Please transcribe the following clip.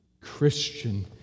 Christian